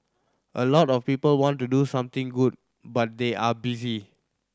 a lot of people want to do something good but they are busy